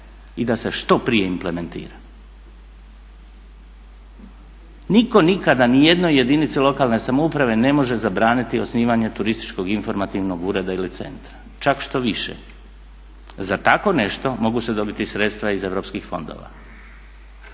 i da se što prije implementira. Niko nikada ni jednoj jedinici lokalne samouprave ne može zabraniti osnivanje turističkog i informativnog ureda ili centra, čak štoviše za tako nešto mogu se dobiti sredstava iz europskih fondova.